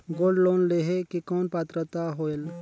Gold loan लेहे के कौन पात्रता होएल?